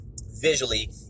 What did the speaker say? visually